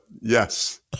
Yes